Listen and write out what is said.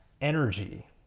energy